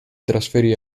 trasferì